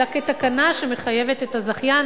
אלא כתקנה שמחייבת את הזכיין?